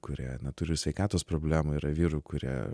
kurie neturi sveikatos problemų yra vyrų kurie